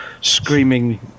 screaming